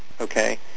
Okay